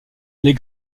les